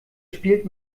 spielt